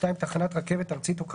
תחנת רכבת ארצית או כרמלית,